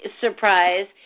surprise